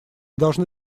должны